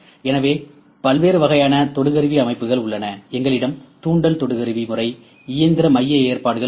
எனவே பல்வேறு வகையான தொடு கருவி அமைப்புகள் உள்ளன எங்களிடம் தூண்டல் தொடு கருவி முறை எந்திர மைய ஏற்பாடுகள் உள்ளன